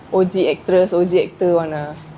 O_G actress O_G actor [one] ah